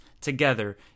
together